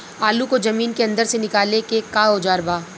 आलू को जमीन के अंदर से निकाले के का औजार बा?